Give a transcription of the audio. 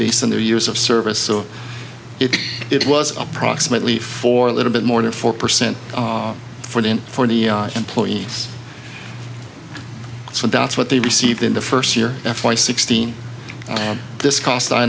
based on their years of service so it it was approximately for a little bit more than four percent for the and for the employees so that's what they received in the first year f y sixteen and this cost i